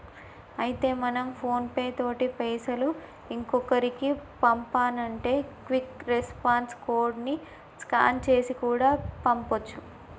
అయితే మనం ఫోన్ పే తోటి పైసలు ఇంకొకరికి పంపానంటే క్విక్ రెస్పాన్స్ కోడ్ ని స్కాన్ చేసి కూడా పంపొచ్చు